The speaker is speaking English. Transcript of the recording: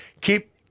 Keep